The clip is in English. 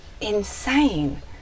insane